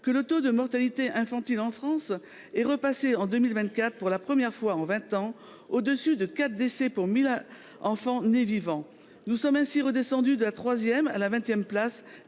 que le taux de mortalité infantile en France a dépassé en 2024, pour la première fois en vingt ans, le chiffre de 4 décès pour 1 000 enfants nés vivants. Nous sommes ainsi redescendus de la troisième à la